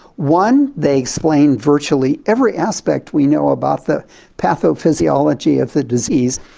one, they explain virtually every aspect we know about the pathophysiology of the disease,